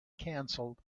cancelled